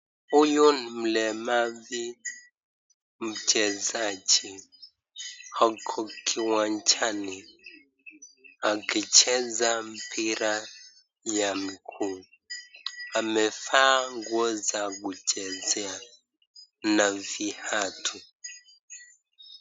Huyu ni mlemavu mchezaji. Ako kiwanjani akicheza mpira ya mguu. Amevaa nguo za kuchezea na viatu.